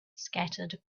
scattered